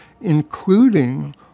including